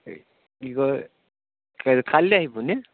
কি কি কয় কাইলৈ আহিবনে